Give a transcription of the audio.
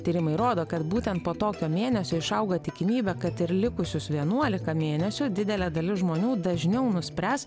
tyrimai rodo kad būtent po tokio mėnesio išauga tikimybė kad ir likusius vienuolika mėnesių didelė dalis žmonių dažniau nuspręs